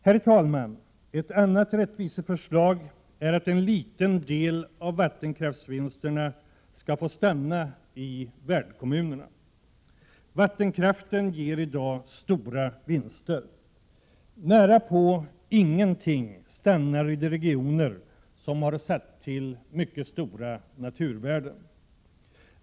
Herr talman! Ett annat rättviseförslag är att en liten del av vattenkraftsvinsterna skall stanna i ”värdkommunerna”. Vattenkraften ger i dag stora vinster. Närapå ingenting stannar i de regioner som har satt till mycket stora naturvärden.